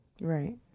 Right